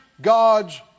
God's